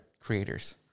creators